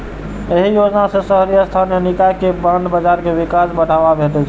एहि योजना सं शहरी स्थानीय निकाय के बांड बाजार के विकास कें बढ़ावा भेटतै